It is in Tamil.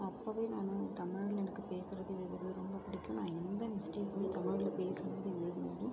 அப்போவே நான் தமிழ் எனக்கு பேசுறது எழுதுறது ரொம்ப பிடிக்கும் நான் எந்த மிஸ்டேக்குமே தமிழில் பேசும் போதும் எழுதும் போதும்